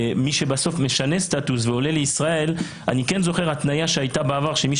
מי שבסוף משנה סטטוס ועולה לישראל אני כן זוכר התניה שהייתה בעבר שמי